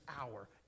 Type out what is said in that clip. hour